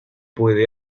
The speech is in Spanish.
puede